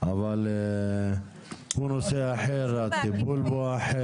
אבל הוא נושא אחר, הטיפול בו אחר.